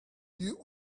you